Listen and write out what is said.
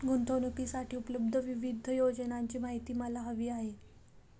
गुंतवणूकीसाठी उपलब्ध विविध योजनांची माहिती मला हवी आहे